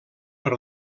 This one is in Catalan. per